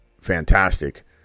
fantastic